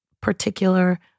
particular